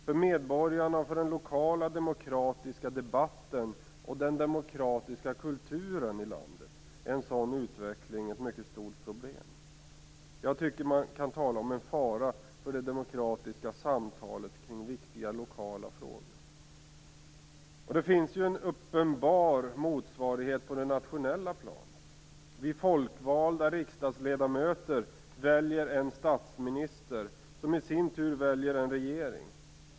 För medborgarna och för den lokala demokratiska debatten och den demokratiska kulturen i landet är en sådan utveckling ett stort problem. Jag tycker att man kan tala om en fara för det demokratiska samtalet kring viktiga lokala frågor. Det finns en uppenbar motsvarighet på det nationella planet. Vi folkvalda riksdagsledamöter väljer en statsminister, som i sin tur väljer en regering.